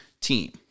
team